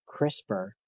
CRISPR